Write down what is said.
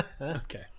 Okay